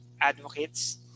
advocates